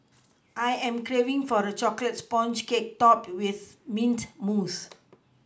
I am craving for a chocolate sponge cake topped with mint mousse